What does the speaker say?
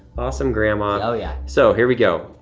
awesome grandma. oh yeah. so, here we go,